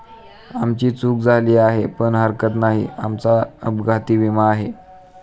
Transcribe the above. आमची चूक झाली आहे पण हरकत नाही, आमचा अपघाती विमा आहे